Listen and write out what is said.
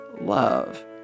love